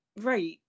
right